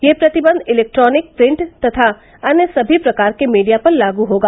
यह प्रतिबंध electronic print तथा अन्य सभी प्रकार के मीडिया पर लागू होगा